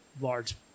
large